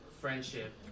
friendship